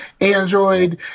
Android